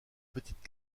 petites